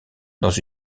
dans